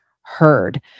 heard